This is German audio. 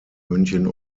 münchen